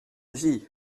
vie